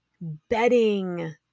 bedding